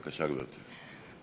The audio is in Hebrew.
בבקשה, גברתי.